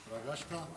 התרגשת?